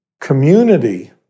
community